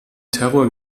terror